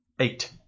Eight